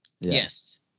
Yes